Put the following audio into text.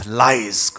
lies